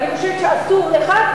ואני חושבת שאסור לך,